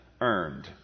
earned